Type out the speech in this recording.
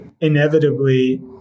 inevitably